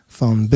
van